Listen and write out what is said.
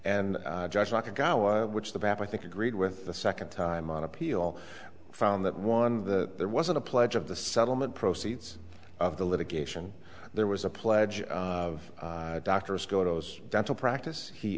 god which the bappa think agreed with the second time on appeal found that one that there wasn't a pledge of the settlement proceeds of the litigation there was a pledge of doctors gotos dental practice he